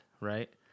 right